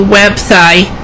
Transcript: website